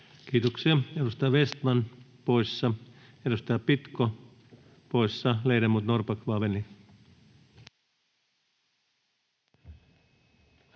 Kiitoksia. — Edustaja Vestman poissa. Edustaja Pitko poissa. — Ledamot Norrback,